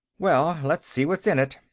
well, let's see what's in it.